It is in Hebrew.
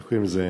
איך קוראים לה?